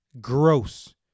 gross